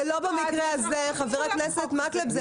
זה לא במקרה הזה, חבר הכנסת מקלב.